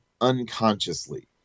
unconsciously